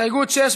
לסעיף 1,